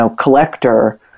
collector